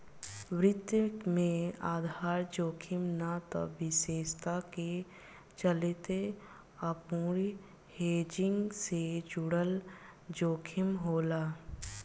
वित्त में आधार जोखिम ना त विशेषता के चलते अपूर्ण हेजिंग से जुड़ल जोखिम होला